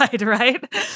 right